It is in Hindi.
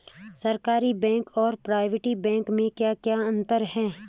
सरकारी बैंक और प्राइवेट बैंक में क्या क्या अंतर हैं?